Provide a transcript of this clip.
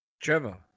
Trevor